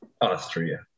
Austria